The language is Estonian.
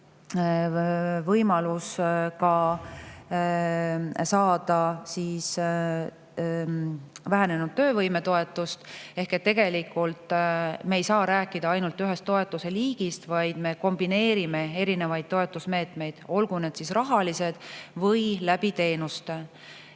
võimalus saada ka vähenenud töövõime toetust. Ehk tegelikult me ei saa rääkida ainult ühest toetuse liigist, vaid me kombineerime erinevaid toetusmeetmeid, olgu need siis raha või teenused. Ja